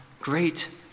Great